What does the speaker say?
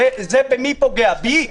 זה פוגע בי?